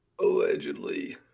Allegedly